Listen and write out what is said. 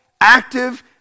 active